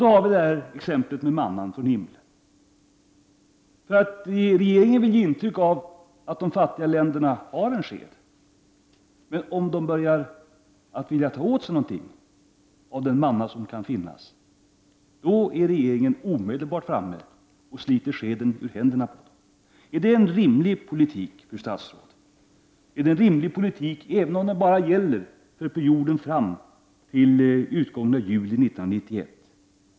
Då har vi exemplet med manna från himlen: Regeringen vill ge intryck av att människorna i de fattiga länderna har en sked, men om de vill ta åt sig något av den manna som kan finnas, är regeringen omedelbart framme och sliter skeden ur händerna på dem. Är det en rimlig politik, fru statsråd? Är det en rimlig politik, även om den bara gäller för perioden fram till utgången av juli 1991?